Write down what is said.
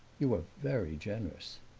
you are very generous.